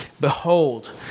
Behold